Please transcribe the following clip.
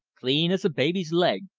clean as a baby's leg,